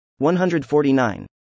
149